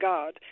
God